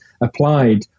applied